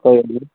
कोई नी